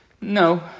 No